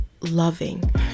loving